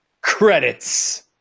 Credits